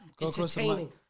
entertaining